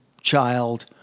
child